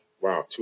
wow